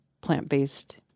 plant-based